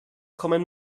kommen